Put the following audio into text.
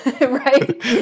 right